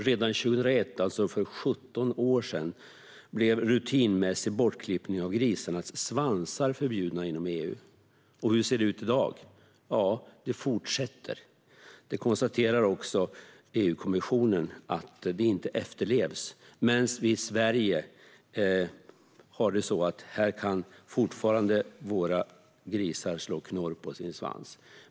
Redan år 2001, alltså för 17 år sedan, blev rutinmässig bortklippning av grisars svansar förbjuden inom EU. Men hur ser det ut i dag? Jo, det fortsätter. EU-kommissionen konstaterar att förbudet inte efterlevs. Här i Sverige kan dock våra grisar fortfarande slå knorr på sin svans.